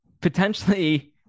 potentially